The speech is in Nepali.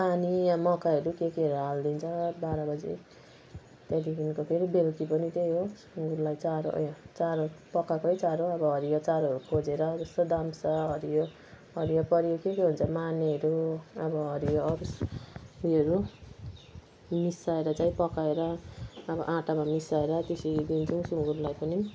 पानी वा मकैहरू के केहरू हालिदिन्छ बाह्र बजी त्यहाँदेखिको फेरि बेलुकी पनि त्यही हो सुँगुरलाई चारो उयो चारो पकाएको चारो अब हरियो चारोहरू खोजेर जस्तो दामसा हरियो हरियो परियो के के हुन्छ मानेहरू अब हरियो अबिस उयोहरू मिसाएर चाहिँ पकाएर अब आँटामा मिसाएर त्यसरी दिन्छु सुँगुरलाई पनि